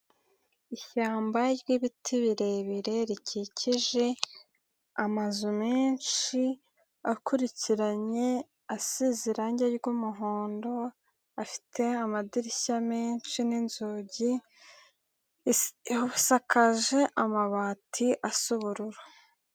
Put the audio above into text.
Ishyamba ry'ibiti birebire rikikije amazu menshi akurikiranye, asize irangi ry'umuhondo, afite amadirishya menshi n'inzugi, asakaje amabati asa ubururu.